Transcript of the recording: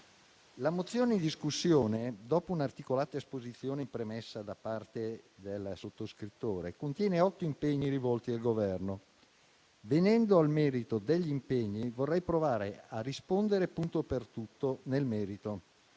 La mozione in discussione, dopo un'articolata esposizione in premessa da parte dei sottoscrittori, contiene otto impegni rivolti al Governo. Venendo al merito degli impegni, vorrei provare a rispondere punto per punto.